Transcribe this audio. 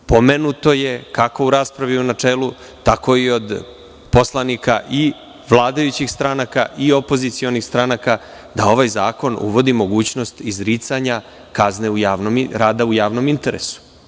Pomenuto je, kako u raspravi u načelu, tako i od poslanika i vladajućih stranaka i opozicionih stranaka, da ovaj zakon uvodi mogućnost izricanja kazne rada u javnom interesu.